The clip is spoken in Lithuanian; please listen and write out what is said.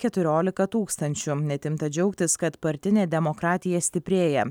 keturiolika tūkstančių net imta džiaugtis kad partinė demokratija stiprėja